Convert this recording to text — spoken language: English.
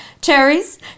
Cherries